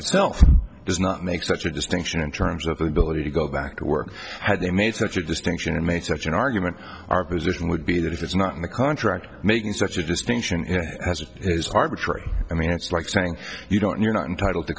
itself does not make such a distinction in terms of the ability to go back to work had they made such a distinction and made such an argument our position would be that it's not in the contract making such a distinction as it is arbitrary i mean it's like saying you don't you're not entitled t